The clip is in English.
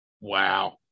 Wow